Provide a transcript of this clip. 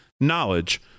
knowledge